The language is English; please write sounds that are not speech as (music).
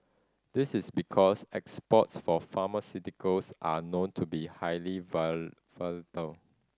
this is because exports for pharmaceuticals are known to be highly (unintelligible) volatile